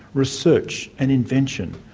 research and invention.